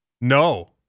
No